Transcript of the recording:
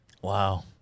Wow